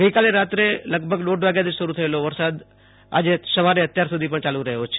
ગઈકાલે રાત્રે દોઢ વાગ્યાથી શરૂ થયેલ વરસાદ અત્યાર સુધી યાલુ રહ્યો છે